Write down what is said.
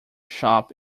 shop